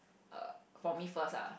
err for me first lah